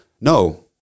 no